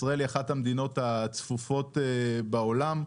ישראל היא אחת המדינות הצפופות בעולם,